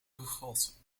grot